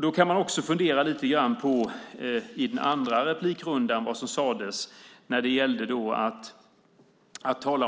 Då kan man också fundera lite grann på vad som sades i den andra